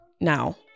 now